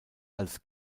als